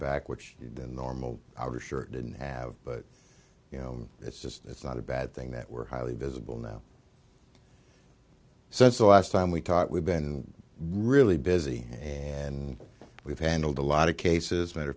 back which than normal i was sure didn't have but you know it's just it's not a bad thing that were highly visible now so it's the last time we taught we've been really busy and we've handled a lot of cases matter